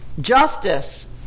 Justice